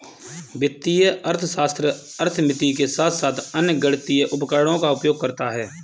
वित्तीय अर्थशास्त्र अर्थमिति के साथ साथ अन्य गणितीय उपकरणों का उपयोग करता है